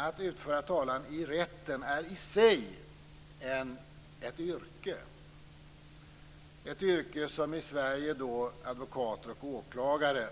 Att utföra talan i rätten är i sig ett yrke - ett yrke som i Sverige utförs av processadvokater och åklagare.